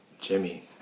Jimmy